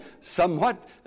somewhat